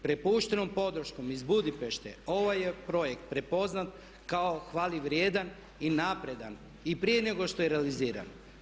Propuštenom podrškom iz Budimpešte ovaj je projekt prepoznat kao hvale vrijedan i napredan i prije nego što je realiziran.